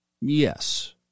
Yes